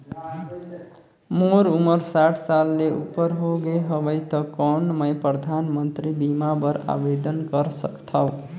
मोर उमर साठ साल ले उपर हो गे हवय त कौन मैं परधानमंतरी बीमा बर आवेदन कर सकथव?